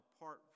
apart